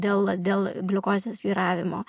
dėl dėl gliukozės svyravimo